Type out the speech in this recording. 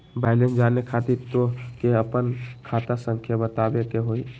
Balance जाने खातिर तोह के आपन खाता संख्या बतावे के होइ?